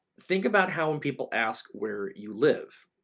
think about how when people ask where you live,